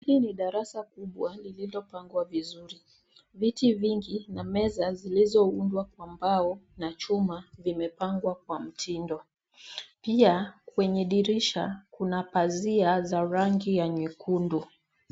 Hii ni darasa kubwa lililopangwa vizuri. Viti vingi na meza zilizoundwa kwa mbao na chuma vimepangwa kwa mtindo. Pia kwenye dirisha kuna pazia za rangi ya nyekundu.